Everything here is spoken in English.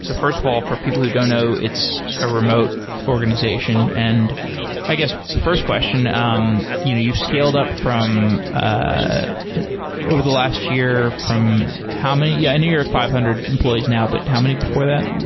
so first of all for people who don't know, it's a remote organization, and i guess first question, um you've scaled up ah over the last year from how many? yeah i know you're at five hundred employees now, but how many before that?